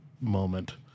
moment